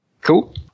Cool